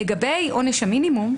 לגבי עונש המינימום,